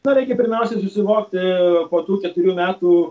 na reikia pirmiausiai susivokti po tų keturių metų